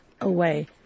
away